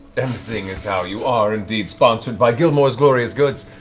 and seeing as how you are indeed sponsored by gilmore's glorious goods.